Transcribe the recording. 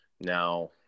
now